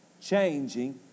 changing